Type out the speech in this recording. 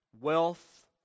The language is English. wealth